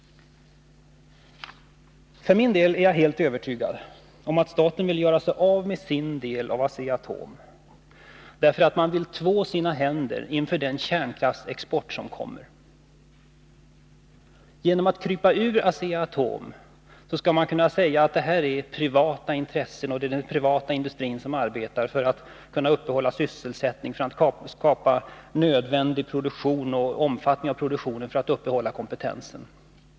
För min del är jag helt övertygad om att anledningen till att staten vill göra sig av med sin del av Asea-Atom är att man vill två sina händer inför den kärnkraftsexport som kommer. Genom att krypa ur Asea-Atom skall man kunna säga att det här är privata intressen. Det är den privata industrin som arbetar för att upprätthålla sysselsättningen och för att skapa en omfattande produktion som är nödvändig för att uppehålla kompetensen.